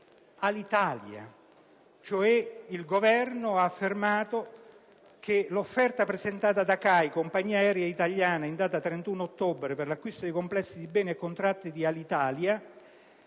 Alitalia. Il Governo ha affermato che l'offerta presentata da CAI-Compagnia aerea italiana S.p.A, in data 31 ottobre, per l'acquisto di complessi di beni e contratti del gruppo Alitalia,